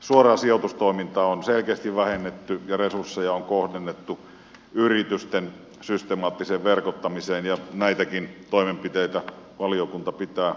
suoraa sijoitustoimintaa on selkeästi vähennetty ja resursseja on kohdennettu yritysten systemaattiseen verkottamiseen ja näitäkin toimenpiteitä valiokunta pitää oikeansuuntaisina